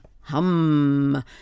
hum